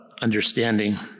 understanding